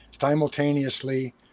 Simultaneously